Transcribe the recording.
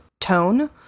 tone